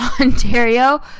Ontario